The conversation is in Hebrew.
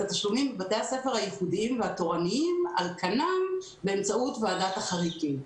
התשלומים בבתי הספר הייחודיים והתורניים על כנם באמצעות ועדת החריגים.